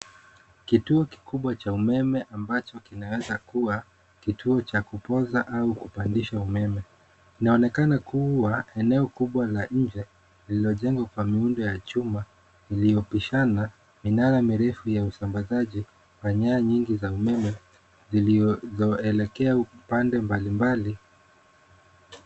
Kituo kikubwa cha umeme ambacho kinaweza kuwa kituo cha kupoza au kupandisha umeme. Inaonekana kuwa eneo kubwa la nje lililojengwa kwa miundo ya chuma iliyopishana minara mirefu ya usambazaji wa nyaya nyingi za umeme zilizoelekea upande mbalimbali.